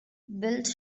built